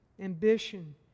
ambition